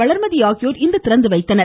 வளர்மதி ஆகியோர் இன்று திறந்து வைத்தனர்